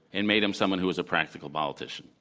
and made him someone who was practical politician.